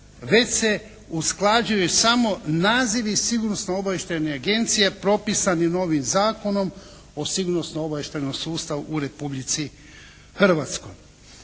već se usklađuje samo nazivi Sigurnosno-obavještajne agencije propisani novim Zakonom o sigurnosno-obavještajnom sustavu u Republici Hrvatskoj.